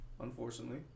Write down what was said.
Unfortunately